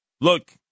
Look